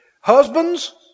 husbands